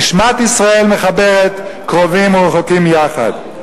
נשמת ישראל מחברת קרובים ורחוקים יחד.